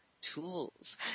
tools